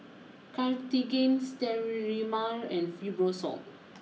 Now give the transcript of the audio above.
Cartigain Sterimar and Fibrosol